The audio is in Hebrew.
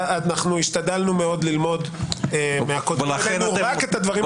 השתדלנו מאוד ללמוד מהקודמת רק את הדברים הטובים.